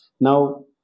Now